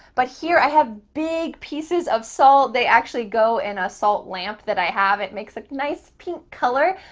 but here, i have big pieces of salt. they actually go in a salt lamp that i have. it makes a nice pink color.